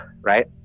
right